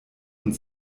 und